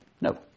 no